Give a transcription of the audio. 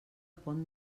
pont